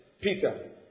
Peter